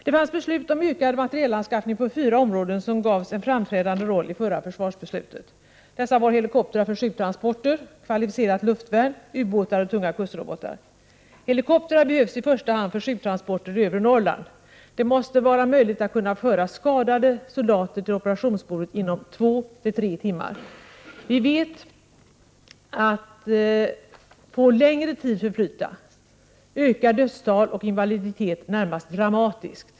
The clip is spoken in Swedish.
Det fanns beslut om ökad materielanskaffning på fyra områden, som gavs en framträdande roll i det förra försvarsbeslutet. Dessa områden var helikoptrar för sjuktransporter, kvalificerat luftvärn, ubåtar och tunga kustrobotar. Helikoptrar behövs i första hand för sjuktransporter i övre Norrland. Det måste vara möjligt att kunna föra skadade soldater till operationsbordet inom två tre timmar. Vi vet att får längre tid förflyta ökar dödstal och invaliditet närmast dramatiskt.